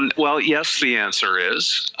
well yes the answer is,